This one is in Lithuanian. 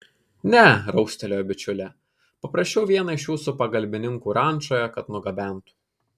ne raustelėjo bičiulė paprašiau vieną iš jūsų pagalbininkų rančoje kad nugabentų